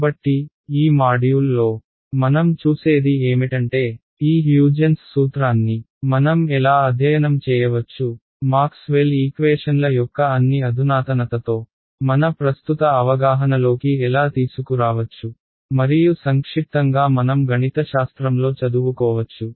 కాబట్టి ఈ మాడ్యూల్లో మనం చూసేది ఏమిటంటే ఈ హ్యూజెన్స్ సూత్రాన్ని మనం ఎలా అధ్యయనం చేయవచ్చు మాక్స్వెల్ ఈక్వేషన్ల యొక్క అన్ని అధునాతనతతో మన ప్రస్తుత అవగాహనలోకి ఎలా తీసుకురావచ్చు మరియు సంక్షిప్తంగా మనం గణితశాస్త్రంలో చదువుకోవచ్చు